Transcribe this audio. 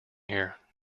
here